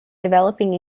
developing